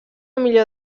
millor